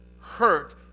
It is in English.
hurt